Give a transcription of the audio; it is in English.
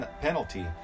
penalty